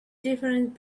difference